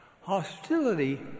Hostility